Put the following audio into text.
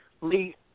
Lee